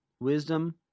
Wisdom